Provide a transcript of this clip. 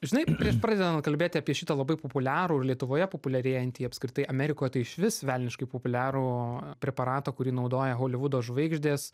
žinai prieš pradedant kalbėti apie šitą labai populiarų ir lietuvoje populiarėjantį apskritai amerikoj tai išvis velniškai populiarų preparatą kurį naudoja holivudo žvaigždės